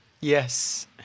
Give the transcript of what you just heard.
Yes